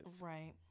Right